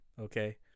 Okay